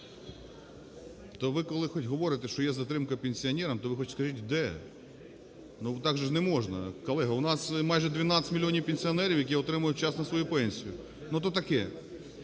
То ви, коли хоч говорите, що є затримка пенсіонерам, то ви скажіть хоч де? Так же ж не можна, колега, у нас майже 12 мільйонів пенсіонерів, які отримують вчасно свою пенсію. Ну то таке.